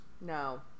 No